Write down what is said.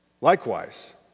Likewise